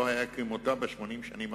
לא היתה כמוה ב-80 השנים האחרונות,